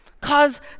cause